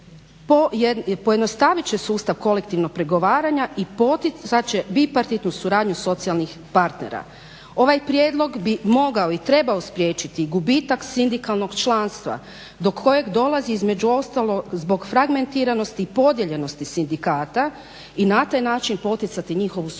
pojednostavit će sustav kolektivnog pregovaranja i poticat će bipartitnu suradnju socijalnih partnera. Ovaj prijedlog bi mogao i trebao spriječiti gubitak sindikalnog članstva do kojeg dolazi između ostalog zbog fragmentiranosti i podijeljenosti sindikata i na taj način poticati njihovu suradnju.